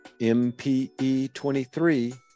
mpe23